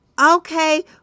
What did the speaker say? Okay